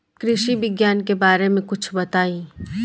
कृषि विज्ञान के बारे में कुछ बताई